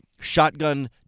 shotgun